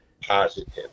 positive